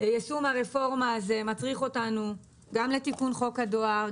יישום הרפורמה הזאת מצריך אותנו גם לתיקון חוק הדואר,